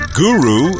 guru